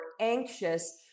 anxious